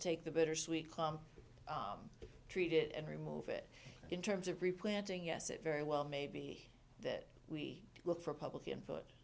take the bittersweet clump treat it and remove it in terms of replanting yes it very well may be that we look for public input